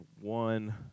one